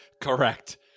Correct